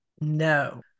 No